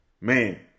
Man